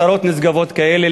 למען יישום מטרות נשגבות כאלה.